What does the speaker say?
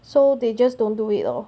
so they just don't do it lor